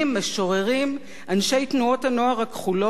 אנשי תנועות הנוער הכחולות ו"בני עקיבא",